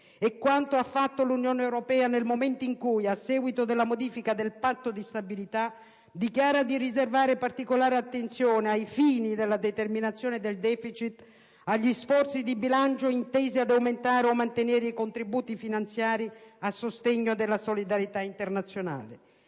È quanto ha fatto l'Unione europea nel momento in cui, a seguito della modifica del Patto di stabilità, dichiara di riservare particolare attenzione, ai fini della determinazione del deficit, agli "sforzi di bilancio intesi ad aumentare o mantenere i contributi finanziari a sostegno della solidarietà internazionale".